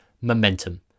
Momentum